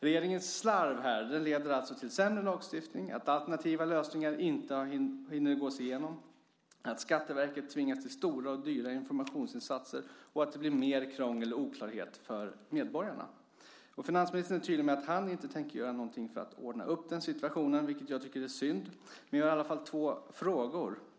Regeringens slarv här leder alltså till en sämre lagstiftning och till att alternativa lösningar inte hinner gås igenom, att Skatteverket tvingas till stora och dyra informationsinsatser och att det blir mer krångel och oklarhet för medborgarna. Finansministern är tydlig med att han inte tänker göra något för att ordna upp den situationen, vilket jag tycker är synd.